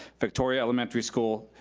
victoria elementary school,